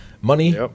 Money